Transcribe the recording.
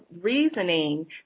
reasoning